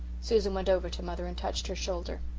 susan went over to mother and touched her shoulder.